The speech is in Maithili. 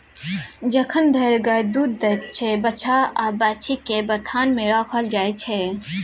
जखन धरि गाय दुध दैत छै बछ्छा या बाछी केँ बथान मे राखल जाइ छै